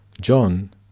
John